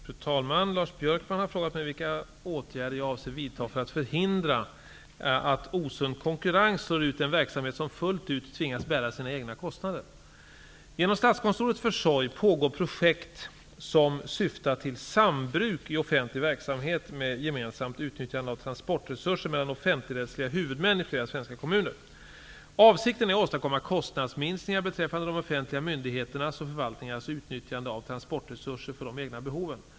Fru talman! Lars Björkman har frågat mig vilka åtgärder jag avser vidta för att förhindra att osund konkurrens slår ut den verksamhet som fullt ut tvingas bära sina egna kostnader. Genom Statskontorets försorg pågår projekt som syftar till sambruk i offentlig verksamhet med gemensamt utnyttjande av transportresurser mellan offentligrättsliga huvudmän i flera svenska kommuner. Avsikten är att åstadkomma kostnadsminskningar beträffande de offentliga myndigheternas och förvaltningarnas utnyttjande av transportresurser för de egna behoven.